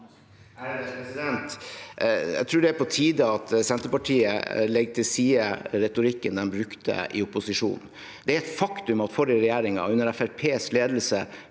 Jeg tror det er på tide at Senterpartiet legger til side retorikken de brukte i opposisjon. Det er et faktum at den forrige regjeringen, med